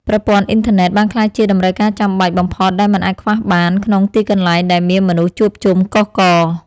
ប្រព័ន្ធអ៊ីនធឺណិតបានក្លាយជាតម្រូវការចាំបាច់បំផុតដែលមិនអាចខ្វះបានក្នុងទីកន្លែងដែលមានមនុស្សជួបជុំកុះករ។